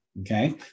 Okay